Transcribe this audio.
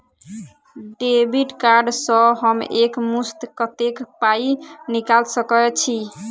Debit card सँ हम एक मुस्त कत्तेक पाई निकाल सकय छी?